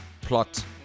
plot